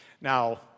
Now